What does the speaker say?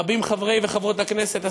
רבים חברי וחברות הכנסת,